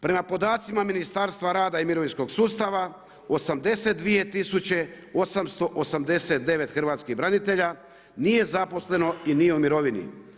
Prema podacima Ministarstva rada i mirovinskog sustava 82 tisuće 889 hrvatskih branitelja nije zaposleno i nije u mirovini.